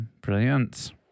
brilliant